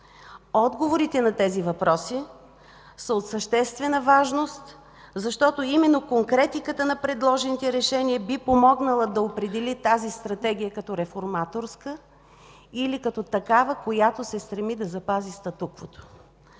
Отговорите на тези въпроси са от съществена важност, защото именно конкретиката на предложените решения би помогнала тази Стратегия да се определи като реформаторска или като такава, която се стреми да запази статуквото.